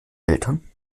eltern